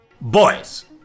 Boys